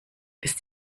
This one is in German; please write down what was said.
ist